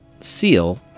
seal